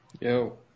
Yo